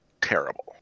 terrible